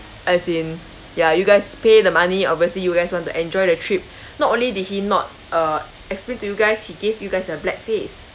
as in ya you guys pay the money obviously you guys want to enjoy the trip not only did he not uh explain to you guys he gave you guys a black face